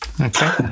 Okay